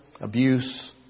abuse